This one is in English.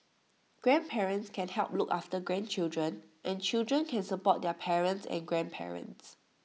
grandparents can help look after grandchildren and children can support their parents and grandparents